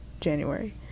January